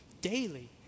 daily